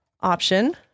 option